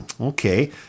okay